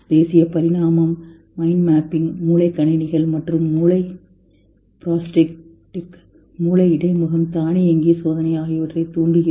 தேசிய பரிணாமம் mind mapping மூளை கணினிகள் மற்றும் மூளை புரோஸ்டெடிக் மூளை இடைமுகம் தானியங்கி சோதனை ஆகியவற்றைத் தூண்டுகிறோம்